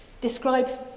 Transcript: describes